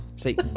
See